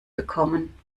bekommen